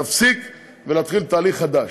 להפסיק ולהתחיל חדש.